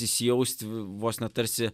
įsijaust vos ne tarsi